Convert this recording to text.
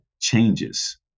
changes